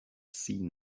seen